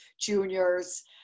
juniors